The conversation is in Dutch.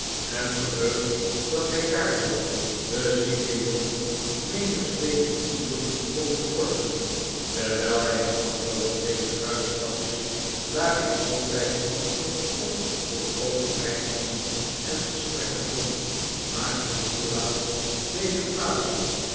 en verheugd dat hij daardoor den zieken jongen menig slepend uur kon verkorten terwijl hij na afloop van deze uitstapjes daarin altijd nog stof tot overpeinzingen en gesprekken vond maakte nikolaas deze plaatsen